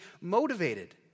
motivated